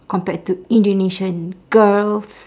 compared to indonesian girls